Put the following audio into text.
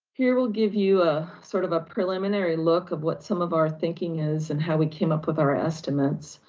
here we'll give you a sort of a preliminary look of what some of our thinking is and how we came up with our estimates.